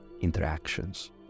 interactions